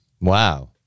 Wow